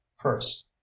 first